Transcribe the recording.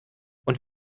und